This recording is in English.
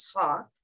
talk